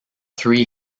three